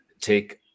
take